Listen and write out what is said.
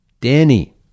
Danny